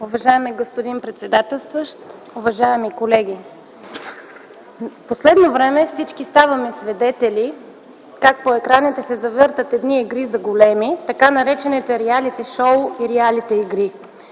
Уважаеми господин председателстващ, уважаеми колеги! В последно време всички ставаме свидетели как по екраните се завъртат едни игри за големи – така наречените реалити шоу и реалити игри.